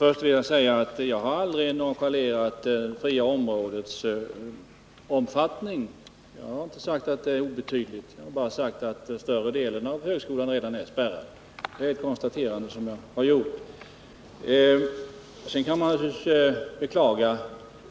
Herr talman! Jag vill börja med att säga att jag aldrig har nonchalerat omfattningen av det fria området. Jag har inte sagt att det är obetydligt utan bara att större delen av högskolan redan är spärrad. Det var ett konstaterande som jag gjorde. Sedan kan man naturligtvis beklaga